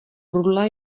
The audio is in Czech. rudla